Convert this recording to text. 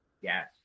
Yes